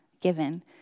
given